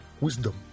Wisdom